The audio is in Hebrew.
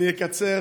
אני אקצר,